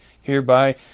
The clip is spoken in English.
Hereby